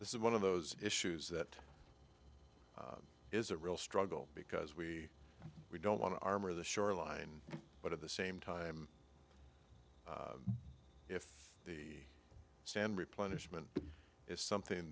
this is one of those issues that is a real struggle because we we don't want to armor the shoreline but at the same time if the sand replenishment is something